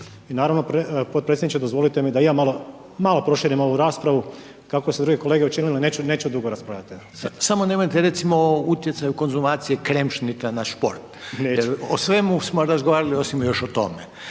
i naravno podpredsjedniče dozvolite mi da i ja malo proširim ovu raspravu, kako su i druge kolege učinili, neću, neću dugo raspravljat, evo. **Reiner, Željko (HDZ)** Samo nemojte recimo o utjecaju konzumacije kremšnita na šport, jer o svemu smo razgovarali osim još o tome,